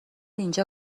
اینجا